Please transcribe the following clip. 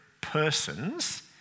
persons